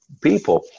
people